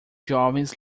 jovens